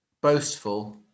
boastful